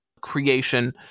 creation